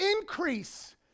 Increase